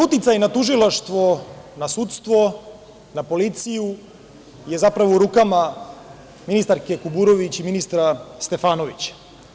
Uticaj na tužilaštvo, na sudstvo, na policiju, je zapravo u rukama ministarke Kuburović i ministra Stefanovića.